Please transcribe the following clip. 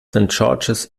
george’s